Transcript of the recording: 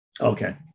Okay